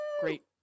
Great